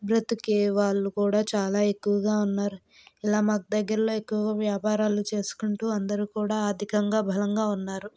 బ్రతుకే వాళ్ళు కూడా చాలా ఎక్కువగా ఉన్నారు ఇలా మాకు దగ్గరలో ఎక్కువగా వ్యాపారాలు చేసుకుంటూ అందరూ కూడా ఆర్థికంగా బలంగా ఉన్నారు